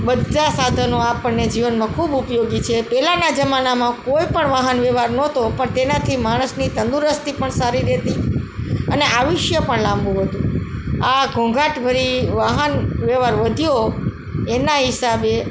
બધા સાધનો આપણને જીવનમાં ખૂબ ઉપયોગી છે પહેલાના જમાનામાં કોઈ પણ વાહન વ્યવહાર ન તો પણ તેનાથી માણસની તંદુરસ્તી પણ સારી રહેતી અને આયુષ્ય પણ લાંબુ હતું આ ઘોંઘાટભરી વાહનવ્યવહાર વધ્યો એના હિસાબે